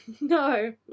no